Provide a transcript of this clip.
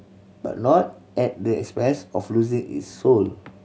but not at the expense of losing its soul